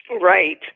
Right